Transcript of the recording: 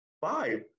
five